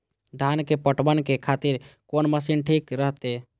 धान के पटवन के खातिर कोन मशीन ठीक रहते?